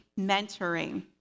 mentoring